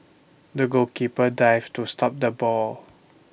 the goalkeeper dived to stop the ball